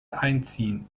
einziehen